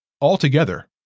Altogether